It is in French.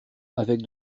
avec